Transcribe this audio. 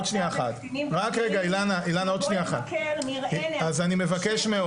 נבוא לבקר נראה אז אני מבקש,